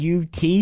UT